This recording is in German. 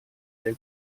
der